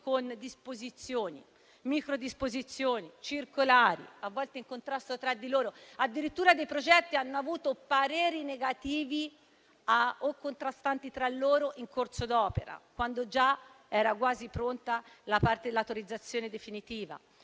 microdisposizioni, circolari, a volte in contrasto tra di loro; addirittura dei progetti hanno ricevuto pareri negativi o contrastanti tra loro in corso d'opera, quando già era quasi pronta la parte dell'autorizzazione definitiva.